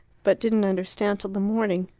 but didn't understand till the morning.